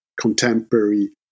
contemporary